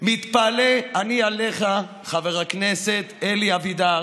מתפלא אני עליך, חבר הכנסת אלי אבידר,